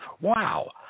Wow